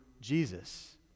Jesus